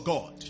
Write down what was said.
God